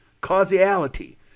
causality